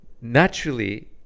Naturally